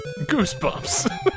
Goosebumps